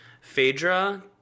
Phaedra